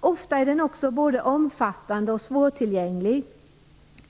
Ofta är den också både omfattande och svårtillgänglig.